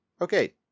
Okay